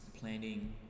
planning